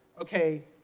ok,